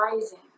rising